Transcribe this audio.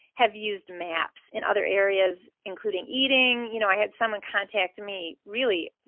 have used maps in other areas, including eating. you know i had someone contact me really,